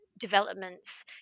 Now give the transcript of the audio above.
developments